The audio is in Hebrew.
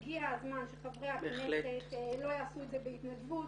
הגיע הזמן שחברי הכנסת לא יעשו את זה בהתנדבות,